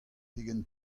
pegen